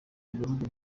ibihugu